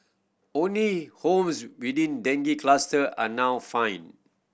only homes within dengue cluster are now fined